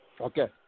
Okay